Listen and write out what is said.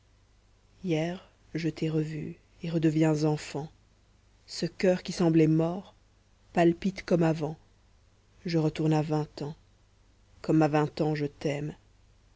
hier je t'ai revue et redeviens enfant ce coeur qui semblait mort palpite comme avant je retourne à vingt ans comme à vingt ans je t'aime